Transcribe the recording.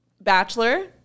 Bachelor